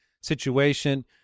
situation